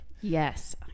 Yes